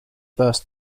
burst